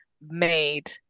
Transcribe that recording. made